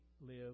live